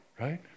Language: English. right